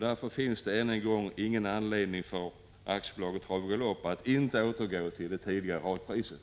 Därför finns det ingen anledning för Aktiebolaget Trav och Galopp att inte återgå till det tidigare radpriset.